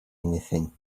anything